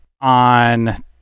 on